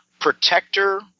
protector